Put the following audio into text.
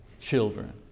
children